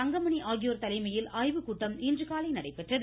தங்கமணி ஆகியோர் தலைமையில் ஆய்வுக்கூட்டம் இன்று நடைபெற்றது